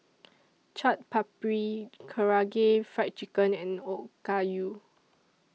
Chaat Papri Karaage Fried Chicken and Okayu